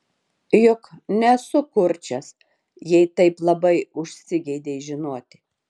juk nesu kurčias jei taip labai užsigeidei žinoti